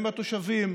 עם התושבים.